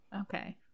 okay